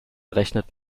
rechnet